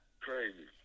Crazy